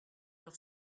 leur